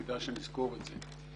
כדאי שנזכור את זה.